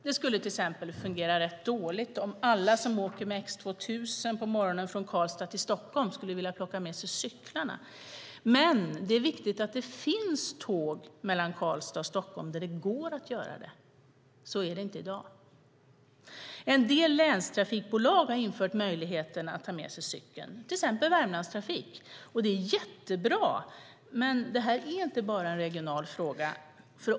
Det skulle till exempel fungera dåligt om alla som åker med X 2000 på morgonen från Karlstad till Stockholm skulle vilja plocka med sig cyklarna, men det är viktigt att det finns tåg mellan Karlstad och Stockholm där det går att göra det. Så är det inte i dag. En del länstrafikbolag, till exempel Värmlandstrafik, har infört möjligheten att ta med sig cykeln. Det är jättebra, men detta är inte bara en regional fråga.